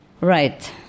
Right